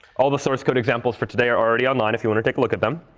all the source code examples for today are already online if you want to take a look at them.